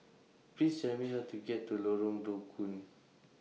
Please Tell Me How to get to Lorong Low Koon